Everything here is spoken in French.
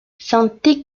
santé